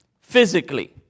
physically